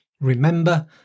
remember